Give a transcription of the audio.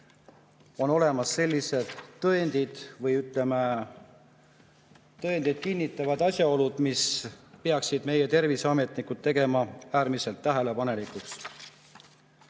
on olemas sellised tõendid, või ütleme, tõendid kinnitavad asjaolusid, mis peaksid meie terviseametnikud tegema äärmiselt tähelepanelikuks.